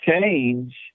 change